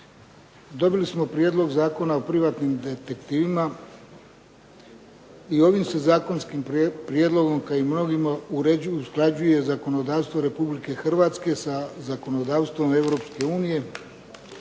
Dobili smo Prijedlog Zakona o privatnim detektivima i ovim se zakonskim prijedlogom kao i mnogima, uređuje, usklađuje zakonodavstvo Republike Hrvatske sa zakonodavstvom Europske unije,